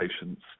patients